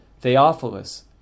Theophilus